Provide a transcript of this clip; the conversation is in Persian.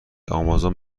آمازون